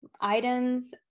items